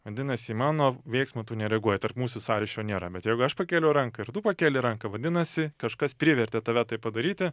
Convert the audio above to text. vadinasi į mano veiksmą tu nereaguoji tarp mūsų sąryšio nėra bet jeigu aš pakėliau ranką ir tu pakėlei ranką vadinasi kažkas privertė tave tai padaryti